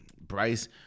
Bryce